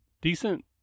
decent